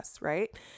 right